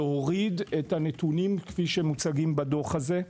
להוריד את הנתונים כפי שמוצגים בדוח הזה.